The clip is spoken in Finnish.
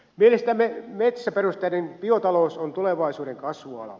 mielestämme metsäperusteinen biotalous on tulevaisuuden kasvuala